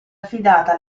affidata